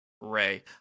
Ray